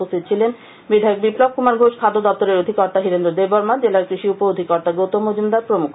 উপস্থিত ছিলেন বিধায়ক বিপ্লব কুমার ঘোষ খাদ্য দপ্তরের অধিকর্তা হীরেন্দ্র দেববর্মা জেলার কৃষি উপ অধিকর্তা গৌতম মজুমদার প্রমুখ